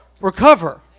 recover